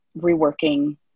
reworking